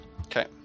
Okay